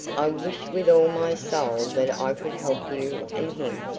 i wish with all my soul that i could help you and him.